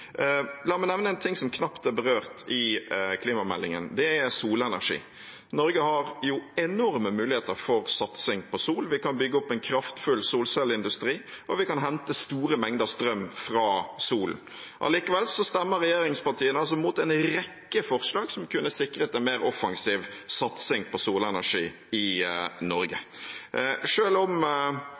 La meg nevne en ting som knapt er berørt i klimameldingen. Det er solenergi. Norge har jo enorme muligheter for satsing på sol. Vi kan bygge opp en kraftfull solcelleindustri, og vi kan hente store mengder strøm fra solen. Allikevel stemmer regjeringspartiene mot en rekke forslag som kunne sikret en mer offensiv satsing på solenergi i Norge. Selv om